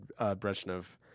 Brezhnev